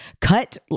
cut